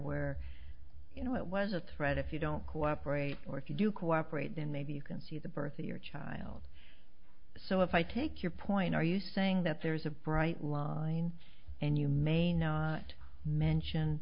where you know it was a threat if you don't cooperate or if you do cooperate then maybe you can see the birth of your child so if i take your point are you saying that there's a bright line and you may not mention